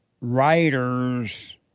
writers